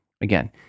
Again